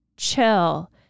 Chill